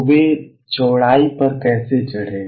तो वे चौड़ाई पर कैसे चढ़े